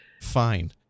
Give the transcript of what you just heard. fine